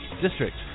district